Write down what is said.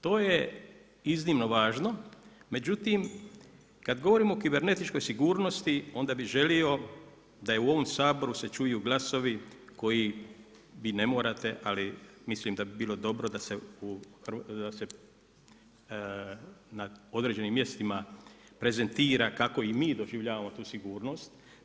To je iznimno važno međutim kad govorimo o kibernetičkoj sigurnosti onda bi želio da u ovom Saboru se čuju glasovi koji vi ne morate, ali mislim da bi bilo dobro da se na određenim mjestima prezentira kako i mi doživljavamo tu sigurnost.